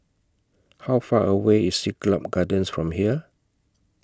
How Far away IS Siglap Gardens from here